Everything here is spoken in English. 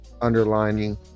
underlining